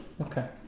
Okay